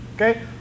okay